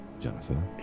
jennifer